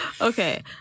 Okay